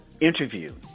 interview